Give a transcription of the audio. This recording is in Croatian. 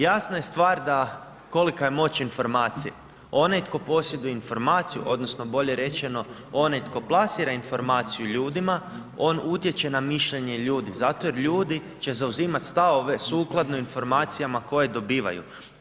Jasna je stvar da kolika je moć informacije, onaj tko posjeduje informaciju odnosno bolje rečeno, onaj tko plasira informaciju ljudima, on utječe na mišljenje ljudi zato jer ljudi će zauzimati stavove sukladno informacijama koje dobivaju.